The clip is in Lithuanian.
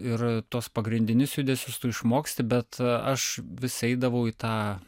ir tuos pagrindinius judesius tu išmoksti bet aš vis eidavau į tą